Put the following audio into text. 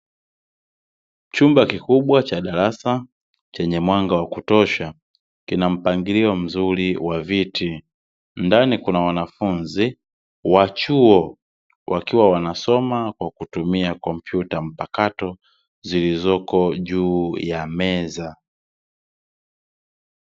Chumba kikubwa cha darasa, chenye mwanga wa kutosha, kina mpangilio mzuri wa viti, ndani kuna wanafunzi wa chuo wakiwa wanaosoma kwa kutumia kompyuta mpakato zilizoko juu ya meza.